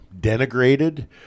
denigrated